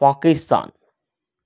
Pakistan